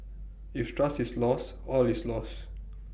if trust is lost all is lost